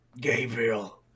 gabriel